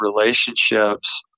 relationships